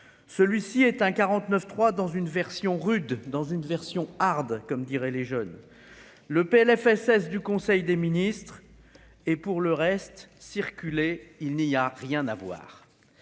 celui-ci est un 49 3 dans une version rude dans une version hard, comme diraient les jeunes le PLFSS du conseil des ministres, et pour le reste, circulez, il n'y a rien à voir